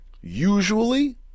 usually